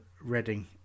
Reading